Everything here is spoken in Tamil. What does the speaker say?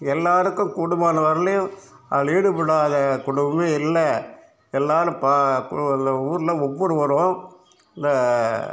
எல்லோருக்கும் கூடுமானவர்லேயும் அதில் ஈடுபடாத குடும்பமே இல்லை எல்லோரும் பா ஊரில் ஒவ்வொருவரும் இந்த